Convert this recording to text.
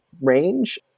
range